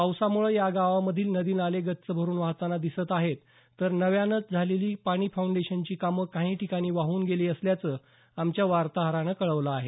पावसामुळं या गावांमधील नदी नाले गच्च भरून वाहताना दिसत आहेत तर नव्यानच झालेली पाणी फाउंडेशनची कामं काही ठिकाणी वाहन गेली असल्याचं आमच्या वार्ताहरानं कळवलं आहे